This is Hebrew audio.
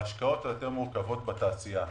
בהשקעות היותר מורכבות בתעשייה,